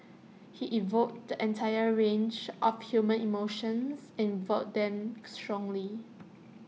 he evoked the entire range of human emotions and evoked them strongly